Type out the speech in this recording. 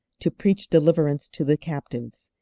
to preach deliverance to the captives,